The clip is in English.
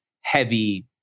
heavy